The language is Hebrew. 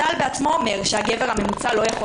צה"ל בעצמו אומר שהגבר הממוצע לא יכול